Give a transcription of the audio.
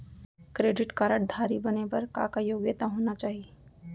Credit card धारी बने बर का का योग्यता होना चाही?